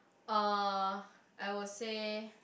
uh I would say